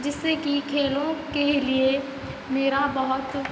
जिससे कि खेलों के लिए मेरा बहुत